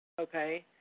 Okay